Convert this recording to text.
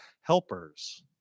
helpers